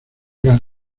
gas